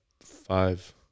Five